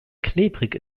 klebrig